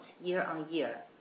year-on-year